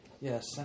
yes